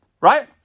right